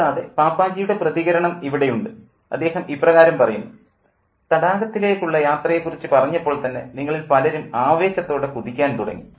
കൂടാതെ പാപ്പാജിയുടെ പ്രതികരണം ഇവിടെയുണ്ട് അദ്ദേഹം ഇപ്രകാരം പറയുന്നു തടാകത്തിലേക്കുള്ള യാത്രയെക്കുറിച്ചു പറഞ്ഞപ്പോൾ തന്നെ നിങ്ങളിൽ പലരും ആവേശത്തോടെ കുതിക്കാൻ തുടങ്ങി